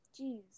Jeez